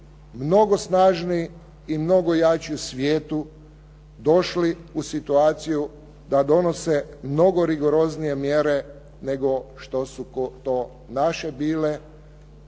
mnogo snažniji i mnogo jači u svijetu došli u situaciju da donose mnogo rigoroznije mjere nego što su to naše bile